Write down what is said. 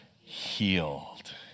healed